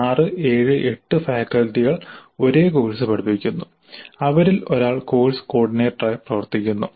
6 7 8 ഫാക്കൽറ്റികൾ ഒരേ കോഴ്സ് പഠിപ്പിക്കുന്നു അവരിൽ ഒരാൾ കോഴ്സ് കോർഡിനേറ്ററായി പ്രവർത്തിക്കുന്നു